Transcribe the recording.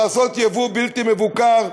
לייבא ייבוא בלתי מבוקר,